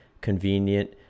convenient